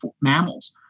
mammals